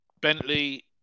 Bentley